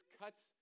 cuts